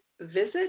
visit